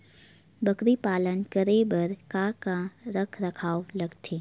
बकरी पालन करे बर काका रख रखाव लगथे?